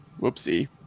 Whoopsie